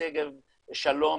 שגב שלום,